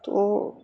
تو